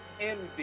Envy